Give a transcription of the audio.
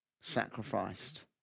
Sacrificed